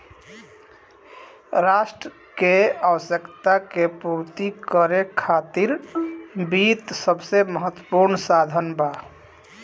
राष्ट्र के आवश्यकता के पूर्ति करे खातिर वित्त सबसे महत्वपूर्ण साधन बा